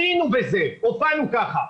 היינו בזה, הופענו ככה.